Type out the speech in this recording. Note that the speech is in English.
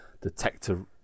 detector